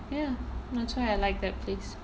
ya that's why I like that place